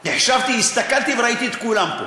חשבתי, הסתכלתי וראיתי את כולם פה.